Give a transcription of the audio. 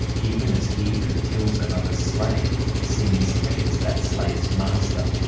even as he who kills another's slave sins against that slave's master,